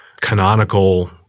canonical